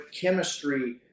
chemistry